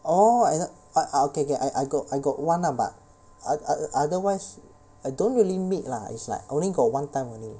oh I K~ ah okay okay I I got I got one lah but o~ o~ otherwise I don't really meet lah is like only got one time only